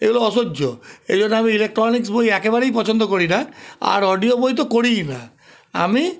এগুলো অসহ্য এই জন্য আমি ইলেকট্রনিক বই একেবারেই পছন্দ করি না আর অডিও বই তো করিই না আমি